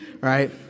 right